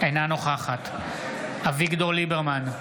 אינה נוכחת אביגדור ליברמן,